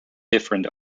different